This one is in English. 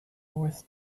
north